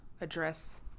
address